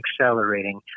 accelerating